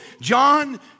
John